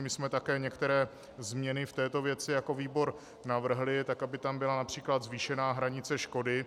My jsme také některé změny v této věci jako výbor navrhli tak, aby tam byla například zvýšená hranice škody.